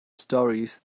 stories